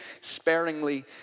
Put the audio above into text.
sparingly